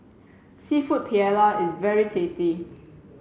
Seafood Paella is very tasty